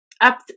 up